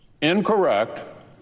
incorrect